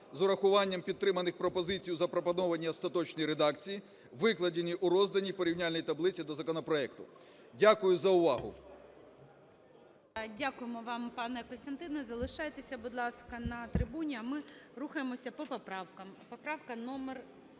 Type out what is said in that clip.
з урахуванням підтриманих пропозицій у запропонованій остаточній редакції, викладеній у розданій порівняльній таблиці до законопроекту. Дякую за увагу. ГОЛОВУЮЧИЙ. Дякуємо вам, пане Костянтине. Залишайтеся, будь ласка, на трибуні, а ми рухаємося по поправкам. Поправка номер